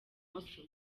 imoso